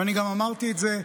ואני גם אמרתי את זה,